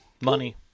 Money